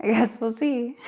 yes, we'll see.